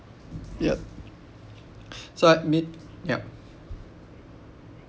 yup so I mean yup